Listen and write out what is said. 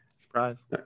Surprise